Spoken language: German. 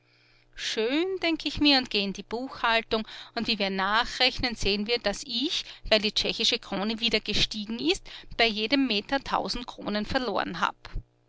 schön denk ich mir und geh in die buchhaltung und wie wir nachrechnen sehen wir daß ich weil die tschechische krone wieder gestiegen ist bei jedem meter tausend kronen verloren hab